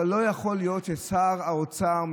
אבל לא יכול להיות ששר האוצר,